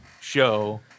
show